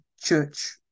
church